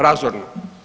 Razorno.